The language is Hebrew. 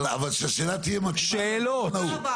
אבל שהשאלה תהיה שאלה.